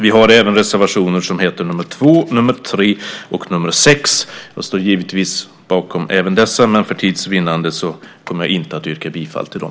Vi har även reservationerna nr 2, 3 och 6. Givetvis står jag bakom även dessa, men för tids vinnande kommer jag inte nu att yrka bifall till dem.